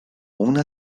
una